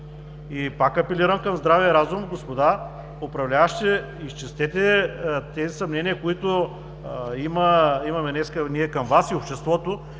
Пак апелирам към здравия разум, господа управляващи, изчистете тези съмнения, които ние имаме днес към Вас и обществото,